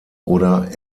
oder